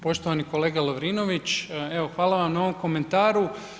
Poštovani kolega Lovrinović, evo hvala vam na ovom komentaru.